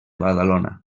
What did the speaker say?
badalona